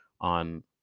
on